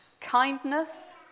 kindness